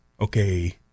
okay